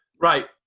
Right